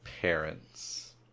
parents